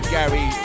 Gary